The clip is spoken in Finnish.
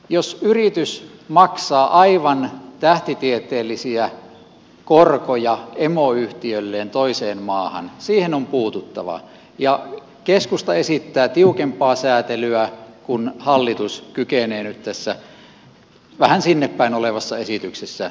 jos yritys maksaa aivan tähtitieteellisiä korkoja emoyhtiölleen toiseen maahan siihen on puututtava ja keskusta esittää tiukempaa säätelyä kuin hallitus kykenee nyt tässä vähän sinnepäin olevassa esityksessä tekemään